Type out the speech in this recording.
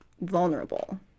vulnerable